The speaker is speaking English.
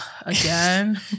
Again